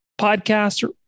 podcast